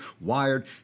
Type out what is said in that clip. Wired